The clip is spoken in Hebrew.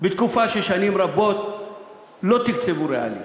בתקופה ששנים רבות לא תקצבו ריאלית,